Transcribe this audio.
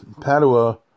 Padua